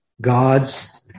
God's